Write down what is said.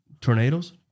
tornadoes